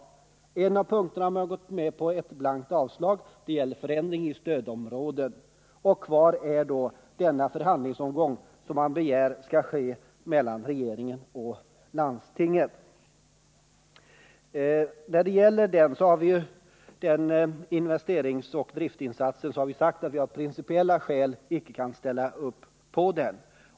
På en av punkterna har man gått med ett på ett blankt avslag — det gällde förändringar beträffande stödområdena. Kvar är då den förhandlingsomgång som man begär skall komma till stånd mellan regeringen och landstinget. När det gäller denna investeringsoch driftinsats har vi sagt att vi av principiella skäl inte kan stödja den.